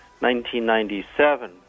1997